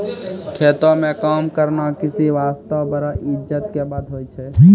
खेतों म काम करना किसान वास्तॅ बड़ा इज्जत के बात होय छै